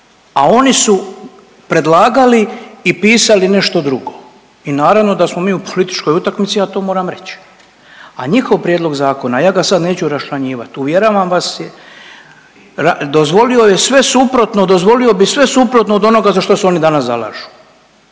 a oni su predlagali i pisali nešto drugo. I naravno da smo mi u političkoj utakmici ja to moram reći. A njihov prijedlog zakona, ja ga sad neću raščlanjivat. Uvjeravam vas dozvolio je sve suprotno, dozvolio bi sve suprotno od onoga za što se oni danas zalažu.